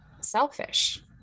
selfish